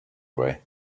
way